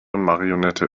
marionette